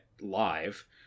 live